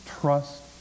trust